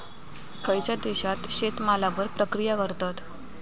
खयच्या देशात शेतमालावर प्रक्रिया करतत?